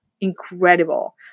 incredible